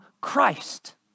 Christ